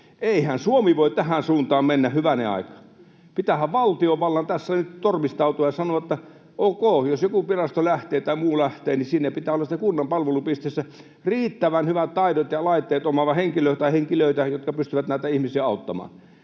Eihän Suomi voi tähän suuntaan mennä, hyvänen aika. Pitäähän valtiovallan tässä nyt tormistautua ja sanoa, että ok, jos joku virasto tai muu lähtee, niin sitten pitää olla kunnan palvelupisteessä riittävän hyvät taidot ja laitteet omaava henkilö tai henkilöitä, jotka pystyvät näitä ihmisiä auttamaan.